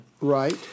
Right